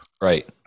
right